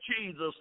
Jesus